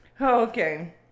Okay